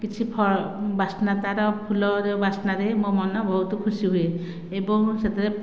କିଛି ଫଳ ବାସ୍ନା ତାର ଫୁଲ ର ବାସ୍ନା ରେ ମୋ ମନ ବହୁତ ଖୁସି ହୁଏ ଏବଂ ସେଥିରେ